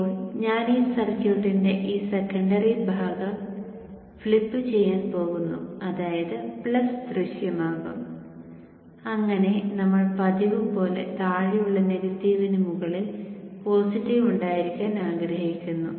ഇപ്പോൾ ഞാൻ ഈ സർക്യൂട്ടിന്റെ ഈ സെക്കൻഡറി ഭാഗം ഫ്ലിപ്പുചെയ്യാൻ പോകുന്നു അതായത് പ്ലസ് ദൃശ്യമാകും അങ്ങനെ നമ്മൾ പതിവുപോലെ താഴെയുള്ള നെഗറ്റീവിന് മുകളിൽ പോസിറ്റീവ് ഉണ്ടായിരിക്കാൻ ആഗ്രഹിക്കുന്നു